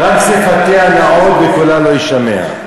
שפתיה נעות וקולה לא יישמע.